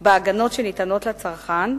בהגנות שניתנות לצרכן,